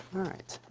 right.